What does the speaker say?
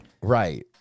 right